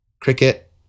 cricket